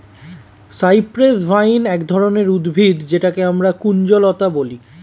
cypress vine এক ধরনের উদ্ভিদ যেটাকে আমরা কুঞ্জলতা বলি